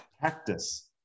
Cactus